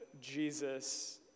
Jesus